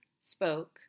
spoke